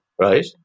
Right